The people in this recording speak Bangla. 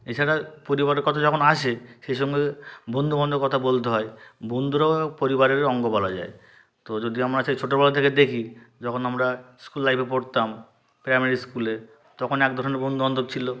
এছাড়া পরিবারের কথা যখন আসে সেই সঙ্গে বন্ধুবান্ধবের কথা বলতে হয় বন্ধুরাও পরিবারেরই অঙ্গ বলা যায় তো যদি আমরা সেই ছোটবেলা থেকে দেখি যখন আমরা স্কুল লাইফে পড়তাম প্রাইমারি স্কুলে তখন এক ধরনের বন্ধুবান্ধব ছিল